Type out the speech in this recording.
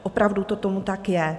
Opravdu tomu tak je.